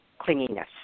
clinginess